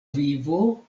vivo